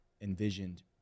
envisioned